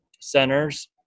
centers